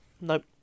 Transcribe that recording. Nope